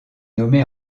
nommée